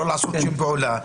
לא לעשות שום פעולה,